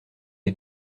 est